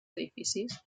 edificis